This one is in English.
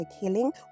healing